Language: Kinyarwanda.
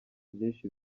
byinshi